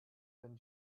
been